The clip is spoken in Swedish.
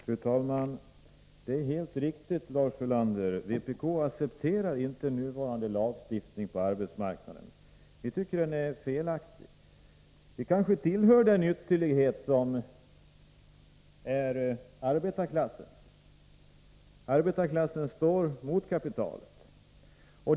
Fru talman! Det är helt riktigt, Lars Ulander, att vpk inte accepterar nuvarande lagstiftning på arbetsmarknaden. Vi tycker att den är felaktig. Vi kanske tillhör arbetarklassens ytterlighet. Arbetarklassen står mot kapitalet.